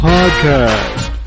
Podcast